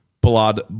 blood